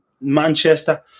Manchester